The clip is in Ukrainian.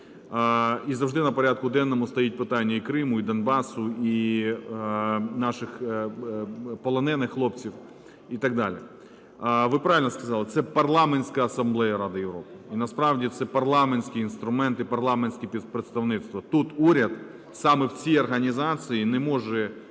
І завжди на порядку денному стоїть питання і Криму, і Донбасу, і наших полонених хлопців і так далі. Ви правильно сказали, це Парламентська асамблея Ради Європи і насправді це парламентський інструмент, і парламентське представництво. Тут уряд саме в цій організації не може